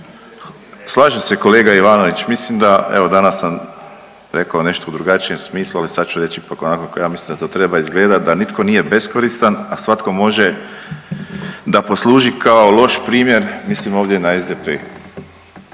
Slažem kolega Ivanović, mislim da evo danas sam rekao nešto u drugačijem smislu, ali sad ću reći onako kako ja mislim da to treba izgledat, da nitko nije beskoristan, a svatko može da posluži kao loš primjer, mislim ovdje na SDP